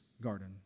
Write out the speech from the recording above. garden